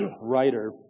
writer